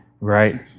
Right